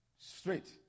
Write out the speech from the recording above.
Straight